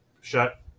shut